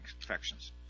infections